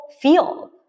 feel